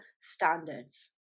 standards